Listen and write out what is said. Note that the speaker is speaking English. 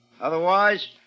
Otherwise